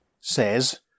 says